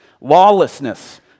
lawlessness